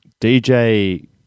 DJ